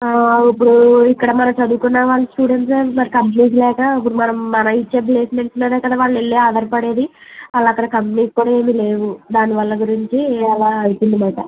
ఆ ఇప్పుడు ఇక్కడ మనం చదుకున్న వాళ్ళని చూడండి సార్ మరి కంపెనీస్ లేక ఇప్పుడు మనం మనం ఇచ్చే ప్లేసెమెంట్స్ మీదే కదా వాళ్ళు వెళ్లి ఆధారపడేది అలా అక్కడ కంపెనీస్ కూడా ఏమి లేవు దాని వల్ల గురించి ఇలాగా అవుతుంది మాట